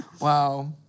Wow